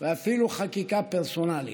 ואפילו חקיקה פרסונלית.